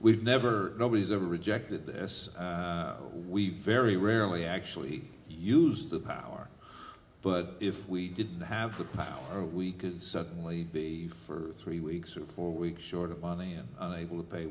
we've never nobody's ever rejected this we very rarely actually use the power but if we didn't have the power we could suddenly be for three weeks or four weeks short of money and unable to pay